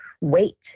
wait